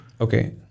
Okay